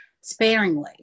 sparingly